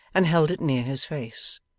and held it near his face.